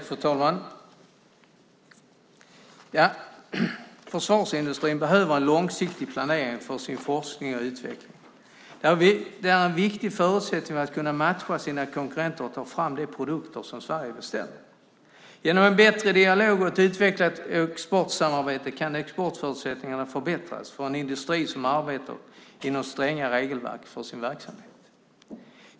Fru talman! Försvarsindustrin behöver en långsiktig planering för sin forskning och utveckling. Det är en viktig förutsättning för att man ska kunna matcha sina konkurrenter och ta fram de produkter som Sverige beställer. Genom en bättre dialog och ett utvecklat exportsamarbete kan exportförutsättningarna förbättras för en industri som arbetar med stränga regelverk för sin verksamhet.